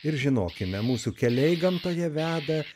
ir žinokime mūsų keliai gamtoje veda